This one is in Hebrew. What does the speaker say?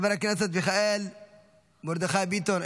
חבר הכנסת מיכאל מרדכי ביטון,